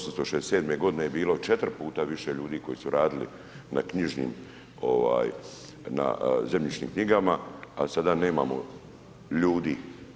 1867. godine je bilo 4 puta više ljudi koji su radili na knjižnim, na zemljišnim knjigama a sada nemamo ljudi.